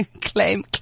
claim